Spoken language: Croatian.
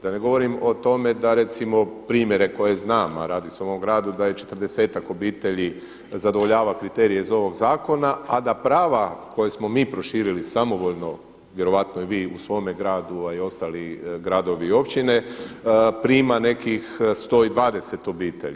Da ne govorim o tome da recimo primjere koje znam, a radi se o mom gradu da je četrdesetak obitelji zadovoljava kriterije iz ovog zakona, a da prava koja smo mi proširili samovoljno, vjerojatno i vi u svome gradu, a i ostali gradovi i općine prima nekih 120 obitelji.